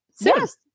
Yes